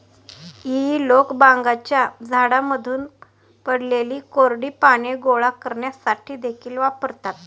हेई लोक बागांच्या झाडांमधून पडलेली कोरडी पाने गोळा करण्यासाठी देखील वापरतात